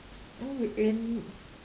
oh wait an